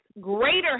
greater